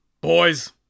Boys